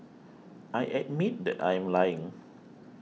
I admit that I am lying